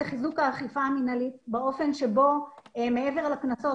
חיזוק האכיפה המינהלית באופן שבו מעבר לקנסות